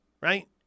right